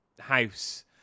house